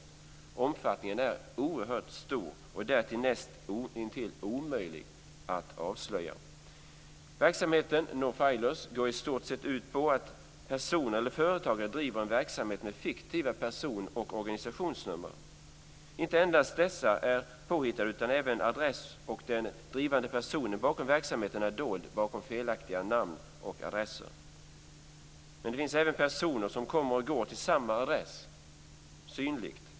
Omfattningen är oerhört stor och är därtill näst intill omöjlig att avslöja. Verksamheten, dvs. non filers, går i stort sett ut på att personer eller företagare driver en verksamhet med fiktiva person och organisationsnummer. Inte endast dessa är påhittade, utan även adress och de drivande personerna bakom verksamheten är dold bakom felaktigt namn och adresser. Det finns även personer som kommer och går till samma adress, synligt.